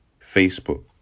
Facebook